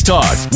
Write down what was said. Talk